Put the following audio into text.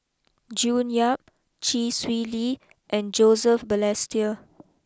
June Yap Chee Swee Lee and Joseph Balestier